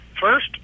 first